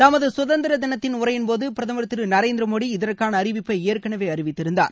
தமது கசுதந்திர தினத்தின் உரையின்போது பிரதமர் திரு நரேந்திர மோடி இதற்கான அறிவிப்பை ஏற்கனவே அறிவித்திருந்தார்